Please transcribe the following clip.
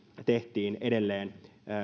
tehtiin edelleen